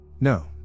No